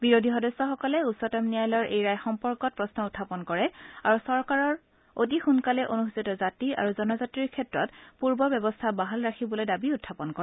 বিৰোধী সদস্যসকলে উচ্চতম ন্যায়ালয়ৰ এই ৰায় সম্পৰ্কত প্ৰশ্ন উখাপন কৰে আৰু চৰকাৰক অতি সোণকালে অনুসূচিত জাতি আৰু জনজাতিৰ ক্ষেত্ৰত পূৰ্বৰ ব্যৱস্থা বাহাল ৰাখিবলৈ দাবী উখাপন কৰে